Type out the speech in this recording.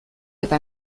eta